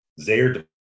Zaire